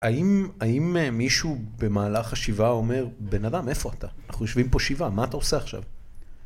‫האם-האם א...מישהו במהלך השבעה אומר, ‫בן אדם, איפה אתה? ‫אנחנו יושבים פה שבעה, ‫מה אתה עושה עכשיו?